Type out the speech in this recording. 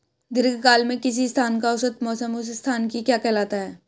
दीर्घकाल में किसी स्थान का औसत मौसम उस स्थान की क्या कहलाता है?